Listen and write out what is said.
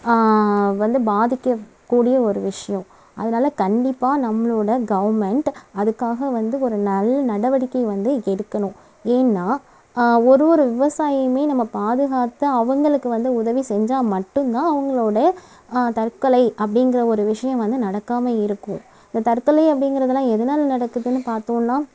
வந்து பாதிக்ககூடிய ஒரு விஷயம் அதனால கண்டிப்பாக நம்மளோட கவர்மெண்ட் அதுக்காக வந்து ஒரு நல்ல நடவடிக்கை வந்து எடுக்கணும் ஏன்னா ஒரு ஒரு விவசாயிமே நம்மை பாதுகாத்து அவங்களுக்கு வந்து உதவி செஞ்சால் மட்டுந்தான் அவங்களோட தற்கொலை அப்படிங்கிற ஒரு விஷயம் வந்து நடக்காமல் இருக்கும் தற்கொலை அப்படிங்கிறதுலா எதனால நடக்குதுன்னு பார்த்தோன்னா